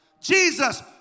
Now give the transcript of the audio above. Jesus